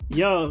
yo